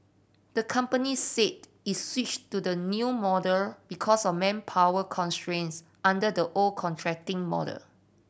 the company said it switched to the new model because of manpower constraints under the old contracting model